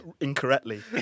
Incorrectly